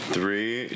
Three